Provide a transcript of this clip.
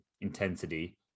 intensity